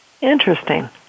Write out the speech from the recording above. Interesting